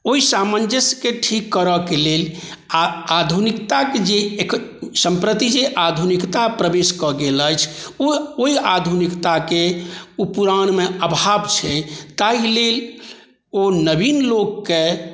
ओहि सामन्जस्यके ठीक करऽके लेल आधु आधुनिकताके जे सम्प्रति जे आधुनिकता प्रवेश कऽ गेल अछि ओ ओहि आधुनिकताके ओ पुरानमे अभाव छै ताहि लेल ओ नवीन लोकके